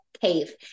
cave